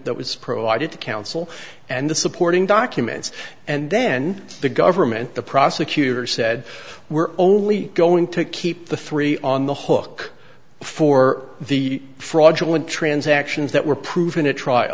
that was provided to counsel and the supporting documents and then the government the prosecutor said were only only going to keep the three on the hook for the fraudulent transactions that were proven t